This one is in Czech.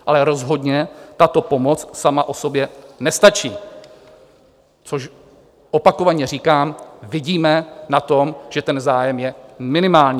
Ale rozhodně tato pomoc sama o sobě nestačí, což, opakovaně říkám, vidíme na tom, že ten zájem je minimální.